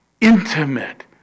intimate